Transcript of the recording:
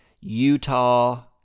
Utah